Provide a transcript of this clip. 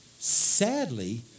sadly